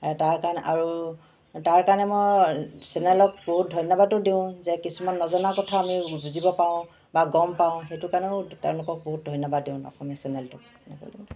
তাৰ কাৰণে আৰু তাৰ কাৰণে মই চেনেলক বহুত ধন্যবাদো দিওঁ যে কিছুমান নজনা কথা আমি বুজিব পাৰোঁ বা গম পাওঁ সেইটো কাৰণেও তেওঁলোকক বহুত ধন্যবাদ দিওঁ অসমীয়া চেনেলটোক